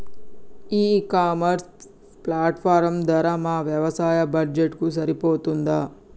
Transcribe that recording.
ఈ e commerce platform ధర మా వ్యవసాయ బడ్జెట్ కు సరిపోతుందా?